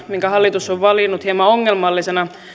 minkä hallitus on valinnut tuulivoimatukien kannalta hieman ongelmallisena